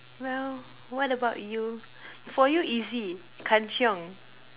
well what about you for you easy kanchiong